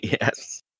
yes